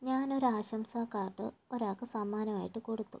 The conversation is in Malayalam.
ഞാനൊരു ആശംസാകാർഡ് ഒരാൾക്ക് സമ്മാനമായിട്ട് കൊടുത്തു